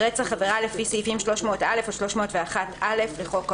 "רצח" עבירה לפי סעיף 300(א) או 301א לחוק העונשין.